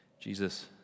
Jesus